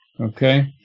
Okay